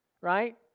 right